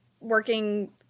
working